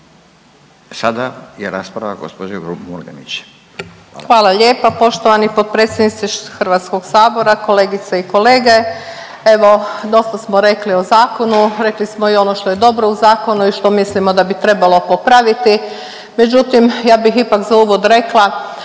sada je rasprava gđe. Murganić. **Murganić, Nada (HDZ)** Hvala lijepa poštovani potpredsjedniče HS, kolegice i kolege. Evo dosta smo rekli o zakonu, rekli smo i ono što je dobro u zakonu i što mislimo da bi trebalo popraviti, međutim ja bih ipak za uvod rekla